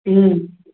ह्म्